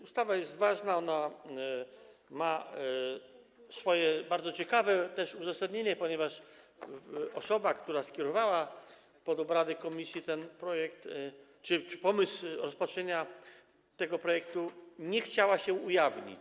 Ustawa jest ważna i ma swoje bardzo ciekawe uzasadnienie, ponieważ osoba, która skierowała pod obrady komisji ten projekt czy pomysł rozpatrzenia tego projektu, nie chciała się ujawnić.